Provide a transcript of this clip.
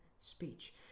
speech